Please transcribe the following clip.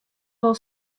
wol